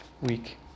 week